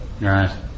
Right